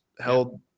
held